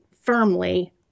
firmly